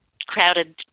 crowded